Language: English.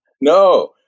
No